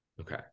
okay